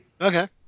Okay